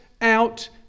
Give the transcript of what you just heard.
out